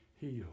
healed